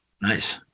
nice